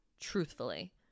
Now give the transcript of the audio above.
truthfully